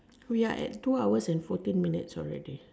we are at two hours and forty minutes already